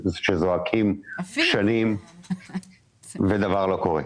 שזועקים שנים ודבר לא קורה,